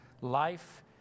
life